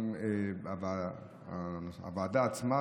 גם לוועדה עצמה,